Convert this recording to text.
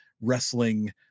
wrestling